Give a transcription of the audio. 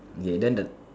ya then the